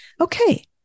Okay